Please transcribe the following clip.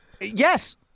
Yes